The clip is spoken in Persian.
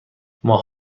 ماه